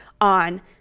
on